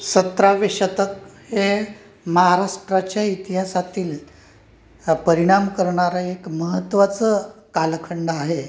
सतरावे शतक हे महाराष्ट्राच्या इतिहासातील परिणाम करणारा एक महत्त्वाचा कालखंड आहे